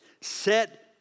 Set